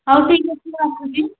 ହଉ ଠିକ୍ ଅଛି ରଖୁଛି